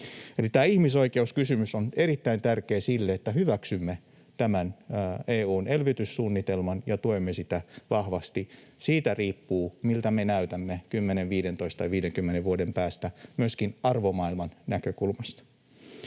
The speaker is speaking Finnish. tämä ihmisoikeuskysymys on erittäin tärkeä siinä, että hyväksymme tämän EU:n elvytyssuunnitelman ja tuemme sitä vahvasti. Siitä riippuu, miltä me näytämme 10, 15 tai 50 vuoden päästä myöskin arvomaailman näkökulmasta.